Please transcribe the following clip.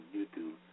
YouTube